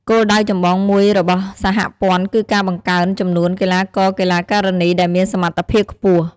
គោលដៅចម្បងមួយរបស់សហព័ន្ធគឺការបង្កើនចំនួនកីឡាករ-កីឡាការិនីដែលមានសមត្ថភាពខ្ពស់។